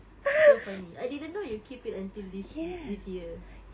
so funny I didn't know you keep it until this this year